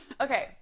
Okay